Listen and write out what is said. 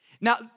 Now